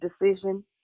decision